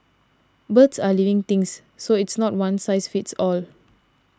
birds are living things so it's not one size fits all